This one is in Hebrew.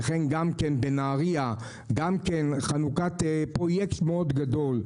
וכן, גם בנהריה, חנוכת פרויקט גדול מאוד.